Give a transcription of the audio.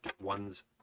one's